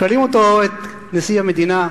שואלים אותו, את נשיא המדינה,